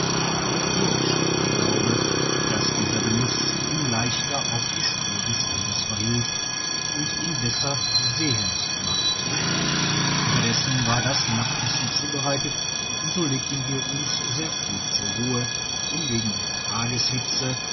auch hier besteht der glaube dass digitized by google dieser genuss ihm leichter auf die spur des wildes verhilft und ihn besser sehend macht unterdessen war das nachtessen zubereitet und so legten wir uns sehr früh zur ruhe um wegen der tageshitze